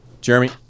Jeremy